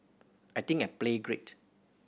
I think I played great